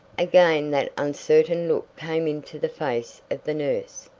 again that uncertain look came into the face of the nurse.